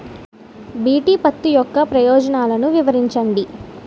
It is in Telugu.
బి.టి పత్తి యొక్క ప్రయోజనాలను వివరించండి?